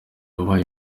wabaye